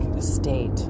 state